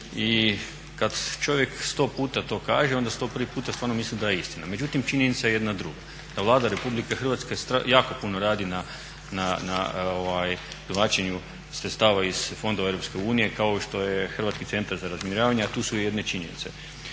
I kada čovjek 100 puta to kaže onda 101 puta stvarno misli da je istina. Međutim, činjenica je jedna druga, da Vlada Republike Hrvatske jako puno radi na privlačenju sredstava iz fondova Europske unije kao što je HCZR a tu su i jedne činjenice.